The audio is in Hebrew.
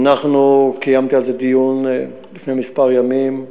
קיימתי על זה דיון לפני מספר ימים.